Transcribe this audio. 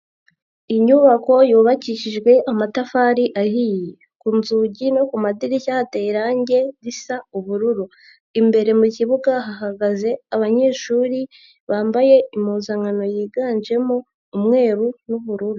Inyubako yubakishijwe amatafari ahiye, ku nzugi no ku madirishya hateye irangi risa ubururu, imbere mu kibuga hahagaze abanyeshuri bambaye impuzankano yiganjemo umweru n'ubururu.